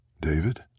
David